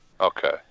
Okay